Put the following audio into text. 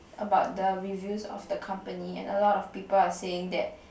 about the reviews of the company and a lot of people are saying that